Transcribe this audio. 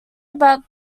about